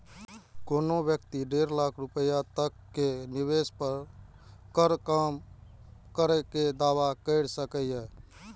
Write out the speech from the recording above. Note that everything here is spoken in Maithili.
कोनो व्यक्ति डेढ़ लाख रुपैया तक के निवेश पर कर कम करै के दावा कैर सकैए